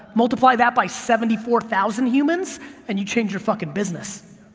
multiply that by seventy four thousand humans and you change your fucking business.